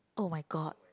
oh-my-god